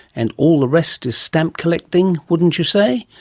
and all the rest is stamp collecting, wouldn't you say?